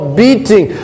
beating